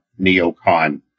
neocon